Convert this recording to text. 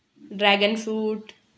dragon fruit